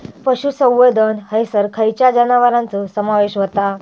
पशुसंवर्धन हैसर खैयच्या जनावरांचो समावेश व्हता?